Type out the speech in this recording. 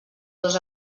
dos